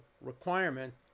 requirement